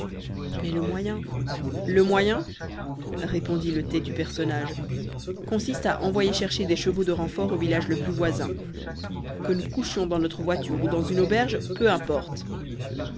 mais le moyen le moyen répondit le têtu personnage consiste à envoyer chercher des chevaux du renfort au village le plus voisin que nous couchions dans notre voiture ou dans une auberge peu importe